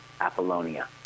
Apollonia